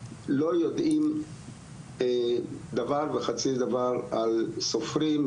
לא יודעים דבר וחצי דבר על סופרים,